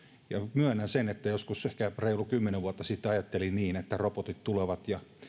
myönnän sen että joskus ehkä reilu kymmenen vuotta sitten ajattelin niin että robotit tulevat ja